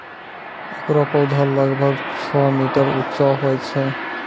एकरो पौधा लगभग छो मीटर उच्चो होय छै